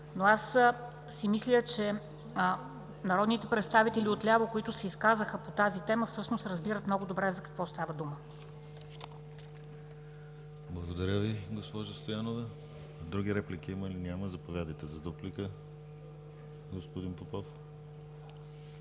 Но аз си мисля, че народните представители отляво, които се изказаха по тази тема, всъщност разбират много добре за какво става дума. ПРЕДСЕДАТЕЛ ДИМИТЪР ГЛАВЧЕВ: Благодаря, госпожо Стоянова. Друга реплика? Няма. Заповядайте за дуплика, господин Попов.